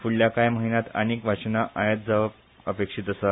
फुडल्या काय म्हयन्यात आनिक वाशिना आयात जावप अपेक्षित आसा